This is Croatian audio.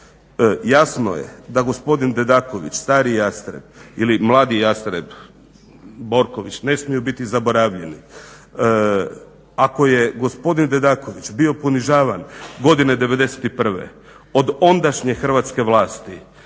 Jasno je da gospodin Dedaković, stari Jastreb ili mladi Jastreb Borković ne smiju biti zaboravljeni. Ako je gospodin Dedaković bio ponižavan godine 91. od ondašnje hrvatske vlasti